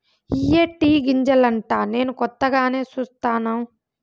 ఇయ్యే టీ గింజలంటా నేను కొత్తగానే సుస్తాను